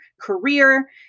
career